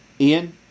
Ian